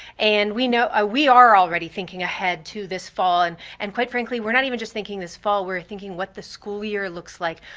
and we know, ah we are already thinking ahead to this fall and and quite frankly, we're not even just thinking this fall, we're thinking what the school year looks like,